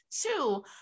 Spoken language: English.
Two